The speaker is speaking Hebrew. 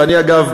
אגב,